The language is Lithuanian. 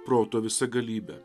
proto visagalybę